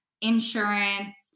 insurance